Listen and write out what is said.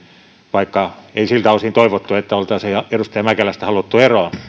vaikka ei siltä osin toivottu että oltaisiin edustaja mäkelästä haluttu eroon